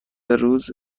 روز